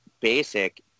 basic